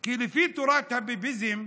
כי לפי תורת הביביזם,